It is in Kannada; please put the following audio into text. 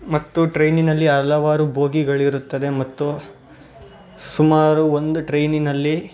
ಮತ್ತು ಟ್ರೈನಿನಲ್ಲಿ ಹಲವಾರು ಬೋಗಿಗಳಿರುತ್ತದೆ ಮತ್ತು ಸುಮಾರು ಒಂದು ಟ್ರೈನಿನಲ್ಲಿ